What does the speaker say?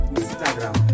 Instagram